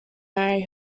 marry